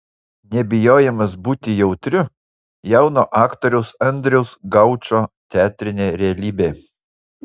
nebijojimas būti jautriu jauno aktoriaus andriaus gaučo teatrinė realybė